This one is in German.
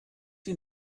die